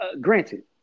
Granted